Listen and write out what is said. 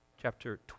chapter